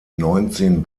neunzehn